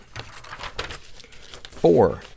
four